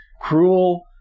cruel